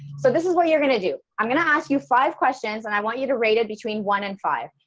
so this is what you're gonna do. i'm gonna ask you five questions and i want you to rate it between one and five.